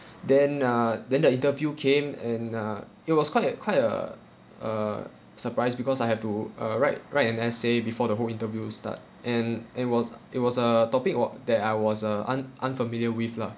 then uh then the interview came and uh it was quite a quite a uh surprise because I have to uh write write an essay before the whole interview start and it was it was a topic what that I was uh un~ unfamiliar with lah